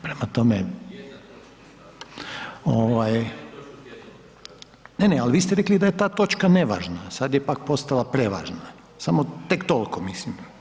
Prema tome, … [[Upadica iz klupe se ne razumije]] Ovaj, ne, ne, al vi ste rekli da je ta točka nevažna, sad je pak postala prevažna, samo tek tolko mislim.